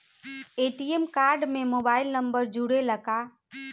ATM card में mobile number जुरेला का?